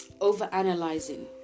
over-analyzing